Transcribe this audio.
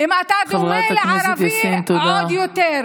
אם אתה דומה לערבי, עוד יותר.